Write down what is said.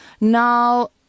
Now